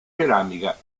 ceramica